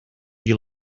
you